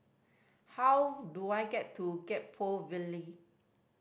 how do I get to Gek Poh Ville